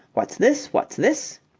what's this? what's this?